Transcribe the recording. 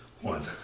One